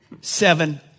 Seven